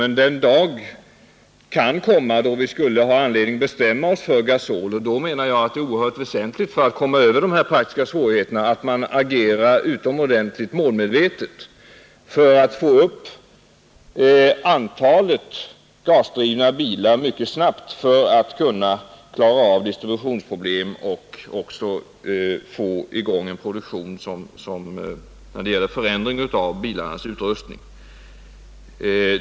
Den dag kan emellertid komma då vi har anledning att bestämma oss för sänkt beskattning på gasol, och då menar jag att det — för att komma över de praktiska svårigheterna — är oerhört väsentligt att vi agerar utomordentligt målmedvetet för att få upp antalet gasoldrivna bilar mycket snabbt om vi skall klara distributionsproblemen och få i gång en produktion som är inriktad på en förändring av bilarnas utrustning.